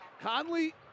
Conley